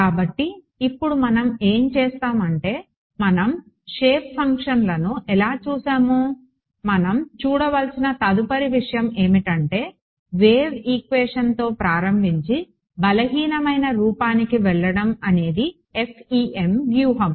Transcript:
కాబట్టి ఇప్పుడు మనం ఏమి చేస్తాం అంటే మనం షేప్ ఫంక్షన్లను ఎలా చూశాము మనం చూడవలసిన తదుపరి విషయం ఏమిటంటే వేవ్ ఈక్వేషన్తో ప్రారంభించి బలహీనమైన రూపానికి వెళ్లడం అనేది FEM వ్యూహం